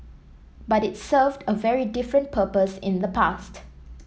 but it served a very different purpose in the past